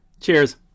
Cheers